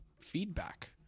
feedback